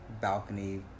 balcony